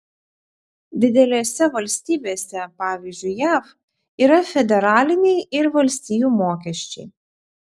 didelėse valstybėse pavyzdžiui jav yra federaliniai ir valstijų mokesčiai